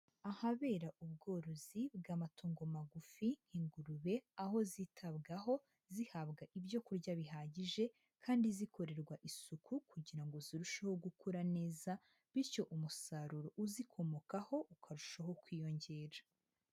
Ahabera ubworozi bw'amatongo magufi nk'ingurube, aho zitabwaho zihabwa ibyo kurya bihagije, kandi zikorerwa isuku kugira ngo zirusheho gukura neza, bityo umusaruro uzikomokaho ukarushaho kwiyongera.